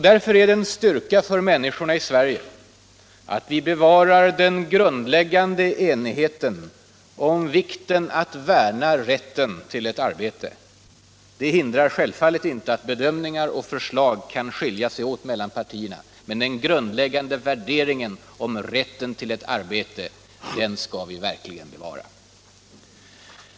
Därför är det en styrka för människorna i Sverige att vi bevarar den grundläggande enigheten om vikten att värna rätten till ett arbete. Det hindrar självfallet inte att bedömningar och förslag kan skilja sig åt mellan partierna. Men den grundläggande värderingen om rätten till ett arbete skall vi verkligen bevara.